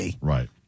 Right